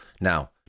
Now